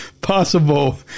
possible